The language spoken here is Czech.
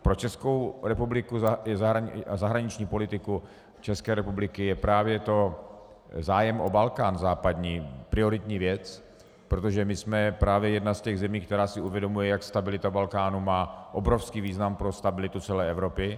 Pro Českou republiku a zahraniční politiku České republiky je právě zájem o západní Balkán prioritní věc, protože my jsme právě jedna z těch zemí, která si uvědomuje, jak stabilita Balkánu má obrovský význam pro stabilitu celé Evropy.